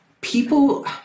people